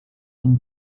him